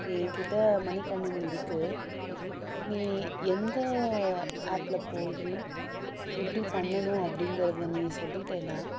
என்கிட்ட மடிக்கணினி இருக்குது நீ எந்த ஆப்பில் போய் எப்படி பண்ணணும் அப்படிங்கிறத நீ சொல்லிட்டேன்னா